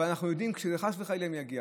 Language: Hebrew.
אבל אנחנו יודעים שאם חס וחלילה זה יגיע,